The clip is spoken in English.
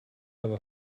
will